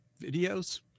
videos